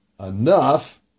Enough